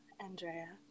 Andrea